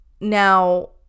now